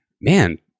man